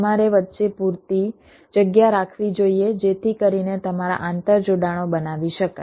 તમારે વચ્ચે પૂરતી જગ્યા રાખવી જોઈએ જેથી કરીને તમારા આંતરજોડાણો બનાવી શકાય